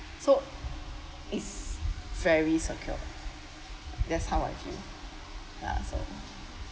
so it's very secure that's how I feel ya so